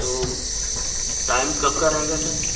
तो टाइम कब का रहेगा सर